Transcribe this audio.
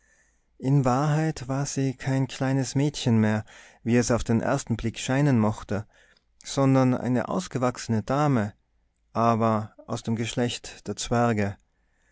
in wahrheit war sie kein kleines mädchen mehr wie es auf den ersten blick scheinen mochte sondern eine ausgewachsene dame aber aus dem geschlecht der zwerge